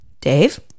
Dave